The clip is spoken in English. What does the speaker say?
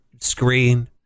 screen